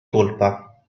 colpa